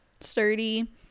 Sturdy